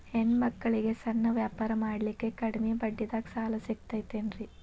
ಹೆಣ್ಣ ಮಕ್ಕಳಿಗೆ ಸಣ್ಣ ವ್ಯಾಪಾರ ಮಾಡ್ಲಿಕ್ಕೆ ಕಡಿಮಿ ಬಡ್ಡಿದಾಗ ಸಾಲ ಸಿಗತೈತೇನ್ರಿ?